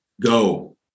Go